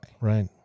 Right